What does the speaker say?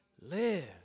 live